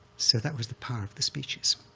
so that was the power of the speeches.